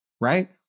Right